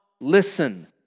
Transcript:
listen